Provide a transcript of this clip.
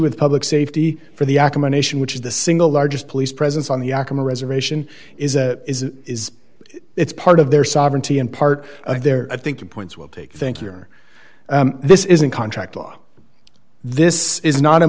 with public safety for the akamai nation which is the single largest police presence on the akamai reservation is a is a is it's part of their sovereignty and part of their i think the points will take think you're this isn't contract law this is not a